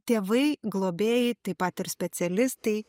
tėvai globėjai taip pat ir specialistai